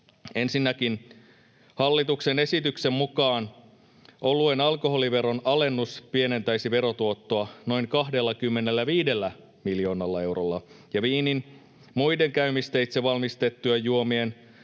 Ensinnäkin hallituksen esityksen mukaan oluen alkoholiveron alennus pienentäisi verotuottoa noin 25 miljoonalla eurolla ja viinin, muiden käymisteitse valmistettujen juomien,